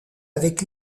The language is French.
avec